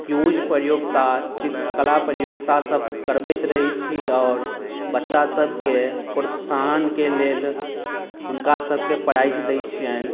quiz प्रतियोगिता चित्रकला प्रतियोगिता सब करबैत रहै छी आओर बच्चा सबकेँ प्रोत्साहनके लेल हुनका सबकेँ प्राइज दै छियनि